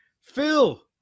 Phil